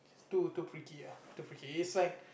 too too freaky ah too freaky it was like